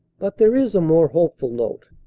but there is a more hopeful note.